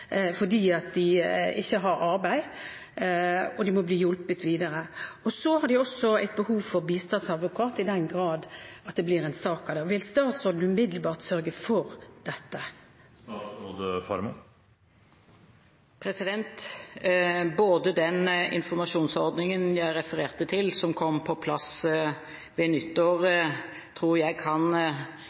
at de ikke har arbeid. De må bli hjulpet videre. De har også behov for bistandsadvokat i den grad det blir en sak av det. Vil statsråden umiddelbart sørge for dette? Den informasjonsordningen jeg refererte til, som kom på plass ved nyttår, tror jeg kan